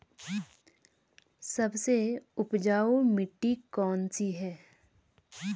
सबसे उपजाऊ मिट्टी कौन सी है?